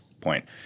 point